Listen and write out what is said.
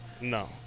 No